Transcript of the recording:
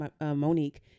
Monique